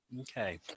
Okay